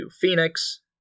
Phoenix